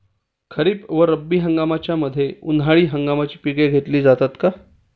खरीप व रब्बी हंगामाच्या मध्ये उन्हाळी हंगामाची पिके घेतली जातात का?